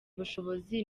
ubushobozi